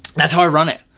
that's how i run it.